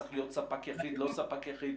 צריך להיות ספק יחיד, לא ספק יחיד.